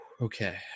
Okay